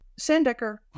Sandecker